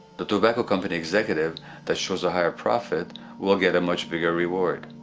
the tobacco company executive that shows a higher profit will get a much bigger reward.